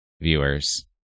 viewers